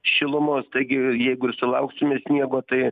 šilumos taigi jeigu ir sulauksime sniego tai